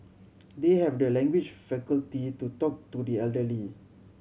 they have the language faculty to talk to the elderly